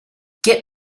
get